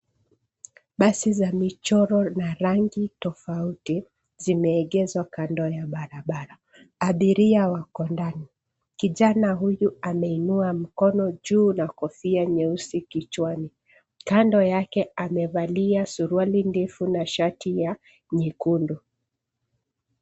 Basi za michoro na rangi tofauti, zimeegeshwa kando ya barabara. Abiria wako ndani. Kijana huyu ameinua mikono juu na kofia nyeusi kichwani. Kando yake amevalia suruali ndefu na shati ya nyekundu.